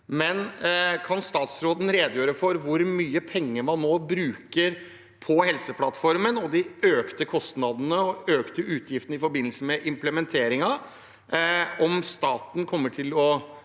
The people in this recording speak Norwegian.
kr. Kan statsråden redegjøre for hvor mye penger man nå bruker på Helseplattformen, de økte kostnadene og de økte utgiftene i forbindelse med implementeringen? Kommer staten til å